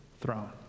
throne